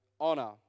honor